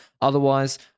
Otherwise